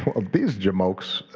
well, these jamokes,